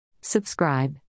Subscribe